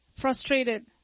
frustrated